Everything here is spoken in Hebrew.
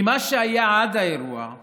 כי מה שהיה עד האירוע הוא